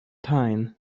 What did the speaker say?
tyne